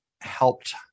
helped